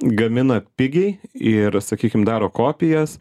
gamina pigiai ir sakykim daro kopijas